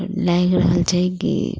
लागि रहल छै की